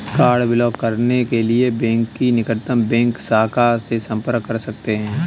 card block करने के लिए बैंक की निकटतम बैंक शाखा से संपर्क कर सकते है